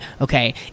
Okay